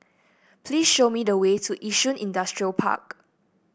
please show me the way to Yishun Industrial Park